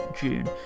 June